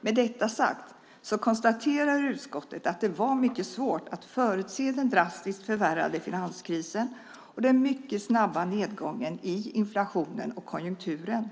Med detta sagt konstaterar utskottet att det var mycket svårt att förutse den drastiskt förvärrade finanskrisen och den mycket snabba nedgången i inflationen och konjunkturen.